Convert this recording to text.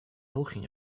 talking